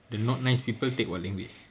the not nice people take what language